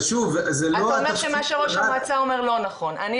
ושוב- -- אתה אומר שמה שראש המועצה אומר לא נכון,